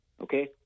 Okay